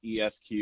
ESQ